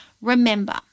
Remember